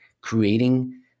creating